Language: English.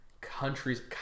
countries